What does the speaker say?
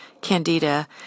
candida